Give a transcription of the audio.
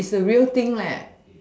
is a real thing leh